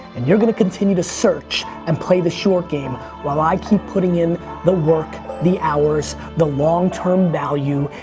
and you're going to continue to search and play the short game while i keep putting in the work, the hours, the long term value,